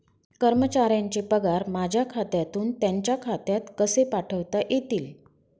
कर्मचाऱ्यांचे पगार माझ्या खात्यातून त्यांच्या खात्यात कसे पाठवता येतील?